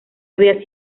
había